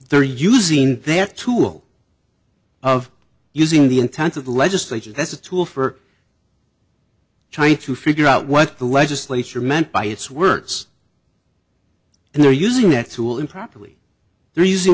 they're using their tool of using the intent of the legislature that's a tool for trying to figure out what the legislature meant by its words and they're using that tool improperly they're using